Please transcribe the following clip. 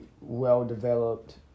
well-developed